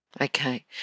Okay